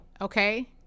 okay